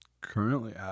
Currently